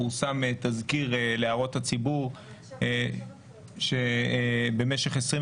פורסם תזכיר להערות הציבור שבמשך 21